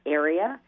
area